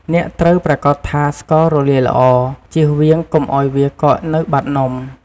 អ្នកត្រូវប្រាកដថាស្កររលាយល្អ ជៀសវាងកុំឱ្យវាកកនៅបាតនំ។